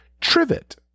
trivet